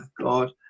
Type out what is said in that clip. God